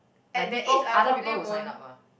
like people other who people sign up ah